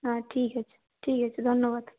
হ্যাঁ ঠিক আছে ঠিক আছে ধন্যবাদ